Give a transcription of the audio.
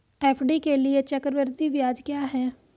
FD के लिए चक्रवृद्धि ब्याज क्या है?